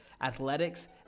athletics